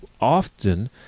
often